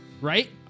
Right